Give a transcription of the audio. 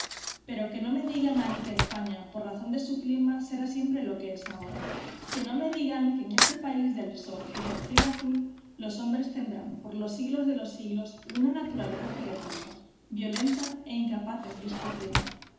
pero que no me digan a mí que españa por razón de su clima será siempre lo que es ahora que no me digan que en este país del sol y del cielo azul los hombres tendrán por los siglos de los siglos una naturaleza perezosa violenta e incapaz de disciplina